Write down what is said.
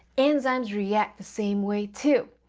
enzymes react the same way too.